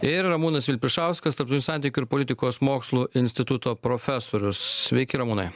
ir ramūnas vilpišauskas tarptautinių santykių ir politikos mokslų instituto profesorius sveiki ramūnai